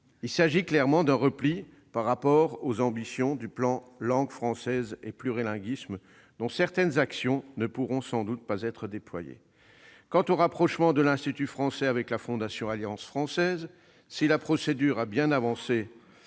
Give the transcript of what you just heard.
Il s'agit clairement d'un repli par rapport aux ambitions du plan Langue française et plurilinguisme, dont certaines actions ne pourront sans doute pas être déployées. Quant au rapprochement de l'Institut français avec la Fondation Alliance française, si la procédure a bien avancé